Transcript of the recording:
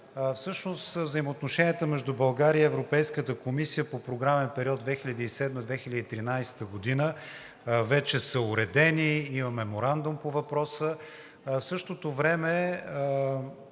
взаимоотношенията между България и Европейската комисия по програмен период 2007 – 2013 г. вече са уредени – има Меморандум по въпроса.